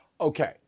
Okay